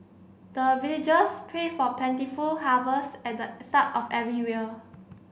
the villagers pray for plentiful harvest at the start of everywhere